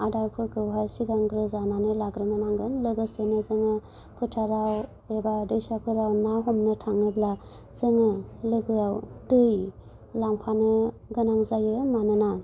आदारफोरखौहाय सिगांग्रो जानानै लाग्रोनो नांगोन लोगोसेनो जोङो फोथाराव एबा दैसाफोराव ना हमनो थाङोब्ला जोङो लोगोआव दै लांफानो गोनां जायो मानोना